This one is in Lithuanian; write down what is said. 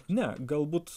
ne galbūt